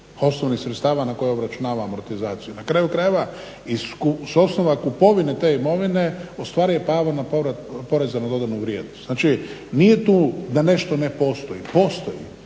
osnovnih sredstava na koje obračunava amortizaciju. Na kraju krajeva i s osnova kupovine te imovine u stvari je pao na povrat poreza na dodanu vrijednost. Znači, nije tu da nešto ne postoji, postoji